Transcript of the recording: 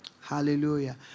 Hallelujah